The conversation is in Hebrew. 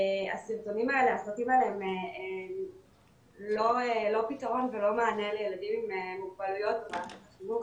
הסרטונים האלה הם לא פתרון ולא מענה לילדים עם מוגבלויות במערכת החינוך,